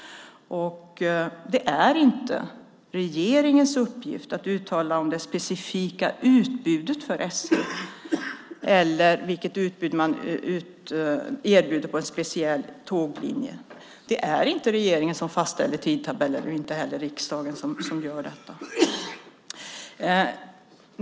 Det är inte regeringens uppgift att uttala vad som ska vara det specifika utbudet för SJ eller om vilket utbud man erbjuder på en speciell tåglinje. Det är inte regeringen eller riksdagen som fastställer tidtabeller.